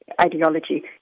ideology